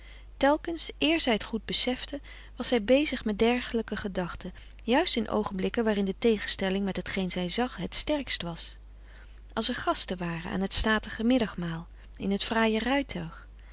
telkens eer zij het goed besefte was zij bezig met dergelijke gedachten juist in oogenblikken waarin de tegenstelling met hetgeen zij zag het sterkst was als er gasten waren aan het statige middagmaal in het